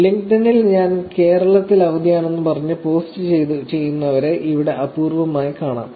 ലിങ്ക്ഡ്ഇനിൽ ഞാൻ കേരളത്തിൽ അവധിയാണെന്ന് പറഞ്ഞ് പോസ്റ്റ് ചെയ്യുന്നവരെ ഇവിടെ അപൂർവ്വമായി കാണാം